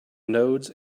nodes